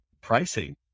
pricing